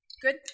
Good